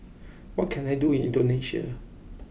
what can I do in Indonesia